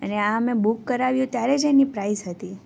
અને આ અમે બુક કરાવ્યું ત્યારે જ એની પ્રાઇસ હતી